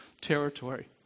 territory